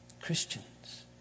Christians